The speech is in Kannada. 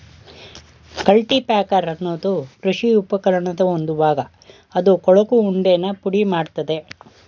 ಕಲ್ಟಿಪ್ಯಾಕರ್ ಅನ್ನೋದು ಕೃಷಿ ಉಪಕರಣದ್ ಒಂದು ಭಾಗ ಅದು ಕೊಳಕು ಉಂಡೆನ ಪುಡಿಮಾಡ್ತದೆ